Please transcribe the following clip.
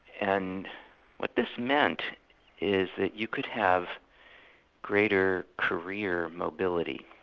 and what this meant is that you could have greater career mobility,